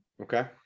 Okay